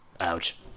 ouch